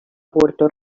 puerto